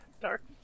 dark